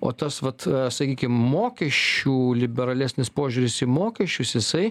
o tas vat sakykim mokesčių liberalesnis požiūris į mokesčius jisai